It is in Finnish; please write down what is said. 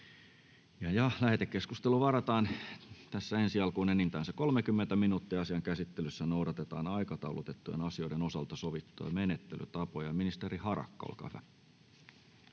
Lähetekeskusteluun varataan tässä ensi alkuun enintään 30 minuuttia. Asian käsittelyssä noudatetaan aikataulutettujen asioiden osalta sovittuja menettelytapoja. — Ministeri Harakka, olkaa hyvä.